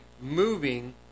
moving